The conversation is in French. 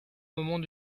moment